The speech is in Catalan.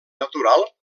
natural